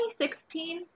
2016